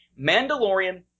Mandalorian